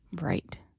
Right